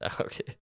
okay